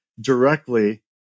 directly